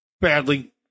badly